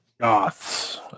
Goths